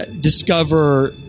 discover